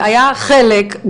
היום ה-21 בדצמבר 2021,